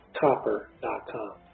Copper.com